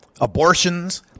abortions